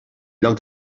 lloc